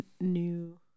new